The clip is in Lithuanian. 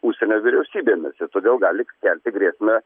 užsienio vyriausybėmis ir todėl gali kelti grėsmę